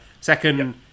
Second